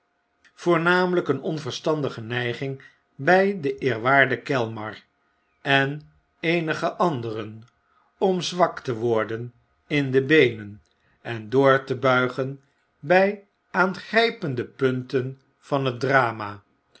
een onverstandige neiging by den eerwaarden kelmar en eenige anderen om zwak te worden in de beenen en door te buigen by aangrypende punten van het drama